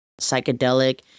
psychedelic